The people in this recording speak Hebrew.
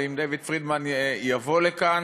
ואם דייוויד פרידמן יבוא לכאן